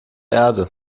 erde